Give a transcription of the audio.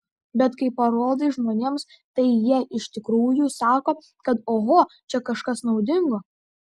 bet kai parodai žmonėms tai jie iš tikrųjų sako kad oho čia kažkas naudingo